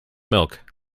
milk